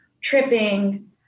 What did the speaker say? tripping